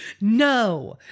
No